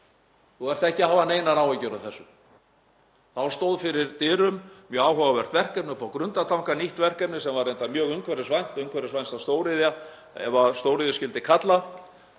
Þú þarft ekki að hafa neinar áhyggjur af þessu. Þá stóð fyrir dyrum mjög áhugavert verkefni uppi á Grundartanga, nýtt verkefni sem var reyndar mjög umhverfisvænt, umhverfisvænasta stóriðjan, ef stóriðju skyldi kalla,